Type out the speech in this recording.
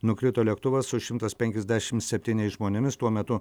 nukrito lėktuvas su šimtas penkiasdešim septyniais žmonėmis tuo metu